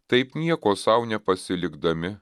taip nieko sau nepasilikdami